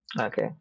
Okay